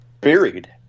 buried